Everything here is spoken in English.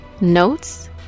notes